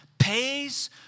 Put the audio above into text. pays